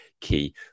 key